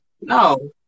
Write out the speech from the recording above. no